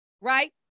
right